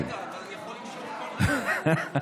אתה יכול למשוך כל, אוקיי.